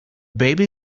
baby